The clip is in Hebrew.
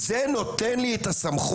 זה נותן לי את הסמכות,